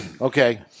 Okay